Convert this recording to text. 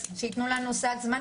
אז שייתנו לנו סד זמנים.